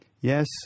Yes